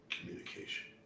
communication